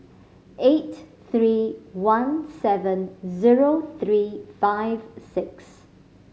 eight three one seven zero three five six